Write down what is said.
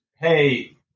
hey